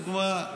דוגמה.